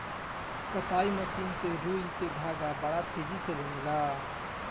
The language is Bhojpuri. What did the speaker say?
कताई मशीन से रुई से धागा बड़ा तेजी से बनेला